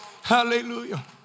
hallelujah